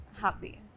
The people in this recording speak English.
happy